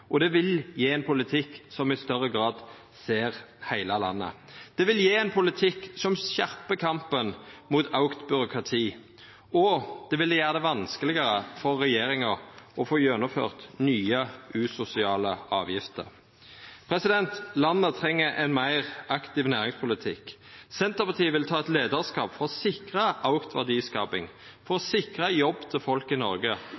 og det vil gje ein politikk som i større grad ser heile landet. Det vil gje ein politikk som skjerpar kampen mot auka byråkrati, og det vil gjera det vanskelegare for regjeringa å få gjennomført nye usosiale avgifter. Landet treng ein meir aktiv næringspolitikk. Senterpartiet vil ta eit leiarskap for å sikra auka verdiskaping, for å sikra jobb til folk i Noreg,